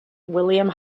william